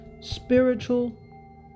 spiritual